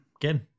again